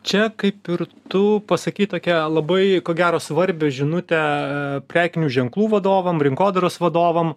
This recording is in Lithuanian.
čia kaip ir tu pasakei tokią labai ko gero svarbią žinutę prekinių ženklų vadovam rinkodaros vadovam